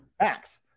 Max